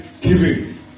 giving